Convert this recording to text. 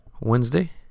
Wednesday